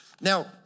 Now